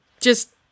Just-